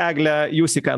egle jūs į ką